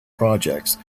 projects